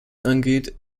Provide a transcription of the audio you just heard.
angeht